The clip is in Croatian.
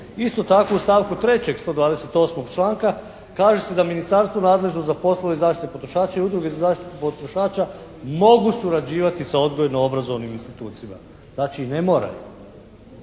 Isto tako u stavku 3. 128. članka kaže se da ministarstvo nadležno za poslove zaštite potrošača i udruge za zaštitu potrošača mogu surađivati sa odgojno-obrazovnim institucijama, znači ne moraju.